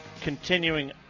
Continuing